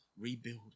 rebuild